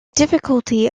difficulty